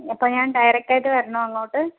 അപ്പോൾ ഞാൻ ഡയറക്റ്റായിട്ട് വരണോ അങ്ങോട്ട്